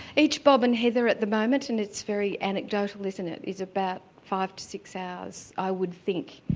each bob and heather at the moment, and it's very anecdotal isn't it, is about five to six hours, i would think,